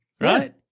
Right